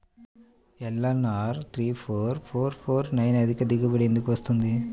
LNR three four four four nine అధిక దిగుబడి ఎందుకు వస్తుంది?